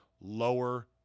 lower